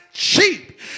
cheap